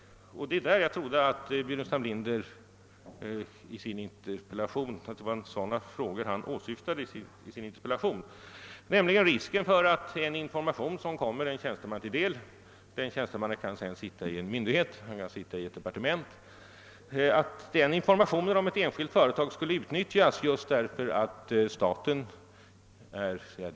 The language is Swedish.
Jag trodde att herr Burenstam Linder i sin interpellation hade åsyftat just sådana risker, innebärande att informationer om ett enskilt företags planer, vilka kommer en tjänsteman till del, kan vidarebefordras till ett statligt företag som har med det privata företaget konkurrerande intressen.